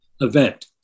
event